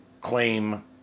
claim